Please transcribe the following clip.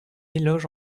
éloge